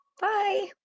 bye